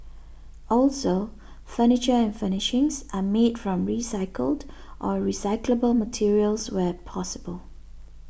also furniture and furnishings are made from recycled or recyclable materials where possible